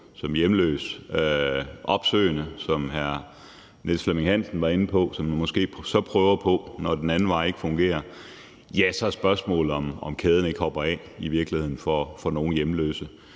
som hjemløs – opsøgende, som hr. Niels Flemming Hansen var inde på, som man måske så prøver på, når det ikke fungerer den anden vej – ja, så er spørgsmålet, om kæden i virkeligheden ikke hopper af for nogle hjemløse.